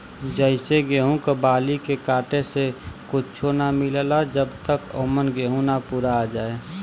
जइसे गेहूं क बाली के काटे से कुच्च्छो ना मिलला जब तक औमन गेंहू ना पूरा आ जाए